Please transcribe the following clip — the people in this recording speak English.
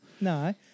no